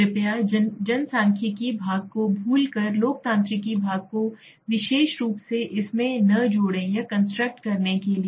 कृपया जनसांख्यिकी भाग को भूलकर लोकतांत्रिक भाग को विशेष रूप से इसमें न जोड़ें यह कंस्ट्रक्ट करने के लिए